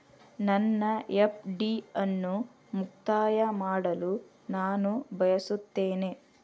ನನ್ನ ಎಫ್.ಡಿ ಅನ್ನು ಮುಕ್ತಾಯ ಮಾಡಲು ನಾನು ಬಯಸುತ್ತೇನೆ